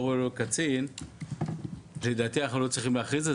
ראוי להיות קצין אנחנו לא צריכים להכריז,